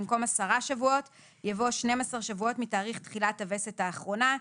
במקום "עשרה שבועות" יבוא "12 שבועות מתאריך תחילת הווסת האחרונה.".